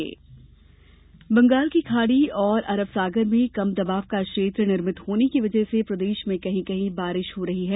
मौसम बंगाल की खाड़ी और अरब सागर में कम दबाव का क्षेत्र निर्मित होने की वजह से प्रदेश में कहीं कहीं बारिश हो रही है